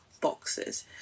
boxes